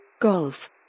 Golf